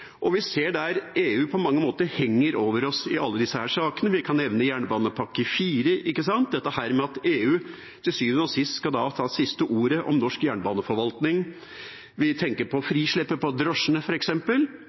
og vi ser at EU på mange måter henger over oss i alle disse sakene. Vi kan nevne jernbanepakke IV, dette med at EU til syvende og sist skal ha siste ordet om norsk jernbaneforvaltning. Vi tenker på